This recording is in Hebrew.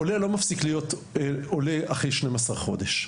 עולה לא מפסיק להיות עולה אחרי 12 חודשים,